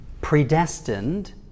predestined